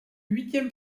huitième